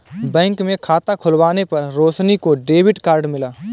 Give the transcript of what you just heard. bank में खाता खुलवाने पर रोशनी को डेबिट कार्ड मिला